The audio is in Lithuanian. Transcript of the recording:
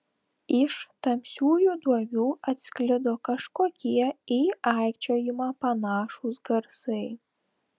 iš tamsiųjų duobių atsklido kažkokie į aikčiojimą panašūs garsai